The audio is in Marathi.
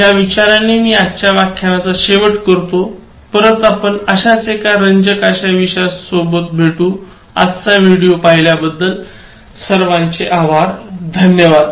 या विचाराने मी आजच्या व्यख्यानाचा शेवट करतो परत आपण अश्याच एका रंजक अश्या विषयासोबत भेटू आजचा विडिओ पाहिल्याबद्दल सर्वांचे आभारधन्यवाद